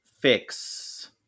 fix